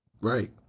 Right